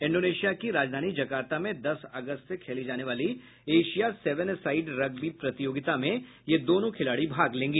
Indonesia की राजधानी Jakarta में दस अगस्त से खेली जाने वाली Asia seven a side rugby प्रतियोगिता में ये दोनों खिलाड़ी भाग लेंगी